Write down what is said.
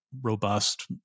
robust